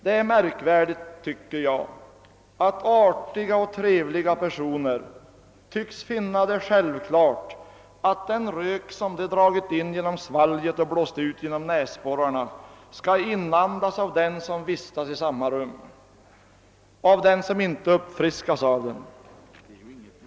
Det är märkligt att artiga och trevliga personer tycks finna det självklart, att den rök de dragit in genom svalget och blåst ut genom näsborrarna skall inandas även av andra som vistas i samma rum men som inte uppfriskas av den.